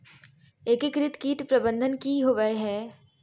एकीकृत कीट प्रबंधन की होवय हैय?